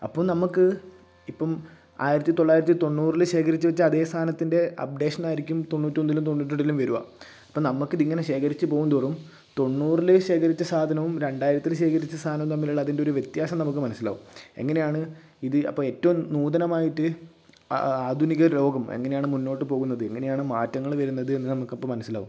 അപ്പോൾ നമുക്ക് ഇപ്പം ആയിരത്തി തൊള്ളായിരത്തി തൊണ്ണൂറില് ശേഖരിച്ചു വച്ച അതേ സാധനത്തിൻ്റെ അപ്ഡേഷനായിരിക്കും തൊണ്ണൂറ്റൊന്നിലും തൊണ്ണൂറ്റി രണ്ടിലും വരിക ഇപ്പ നമ്മക്കിതിങ്ങനെ ശേഖരിച്ച് പോകും തോറും തൊണ്ണൂറില് ശേഖരിച്ച സാധനവും രണ്ടായിരത്തില് ശേഖരിച്ച സാധനവും തമ്മിലുള്ള അതിൻ്റെ ഒരു വ്യത്യാസം നമുക്ക് മനസ്സിലാവും എങ്ങനെയാണ് ഇത് അപ്പം ഏറ്റവും ന്യുതനമായിട്ട് ആ ആധുനിക ലോകം എങ്ങനെയാണ് മുന്നോട്ടു പോകുന്നത് എങ്ങനെയാണ് മാറ്റങ്ങള് വരുന്നത് എന്ന് നമുക്ക് അപ്പം മനസിലാവും